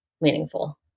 meaningful